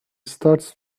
starts